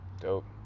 Dope